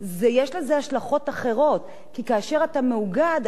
כי כאשר אתה מאוגד אתה גם נכנס לרשימת